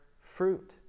fruit